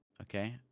okay